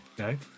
Okay